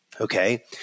Okay